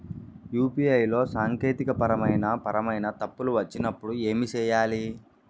UPI లో సాంకేతికపరమైన పరమైన తప్పులు వచ్చినప్పుడు ఏమి సేయాలి